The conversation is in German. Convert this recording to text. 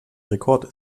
rekord